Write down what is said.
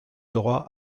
droit